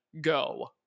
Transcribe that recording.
go